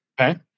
Okay